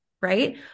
right